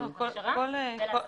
להכשרה ולהסמכה.